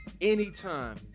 Anytime